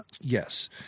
Yes